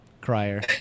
crier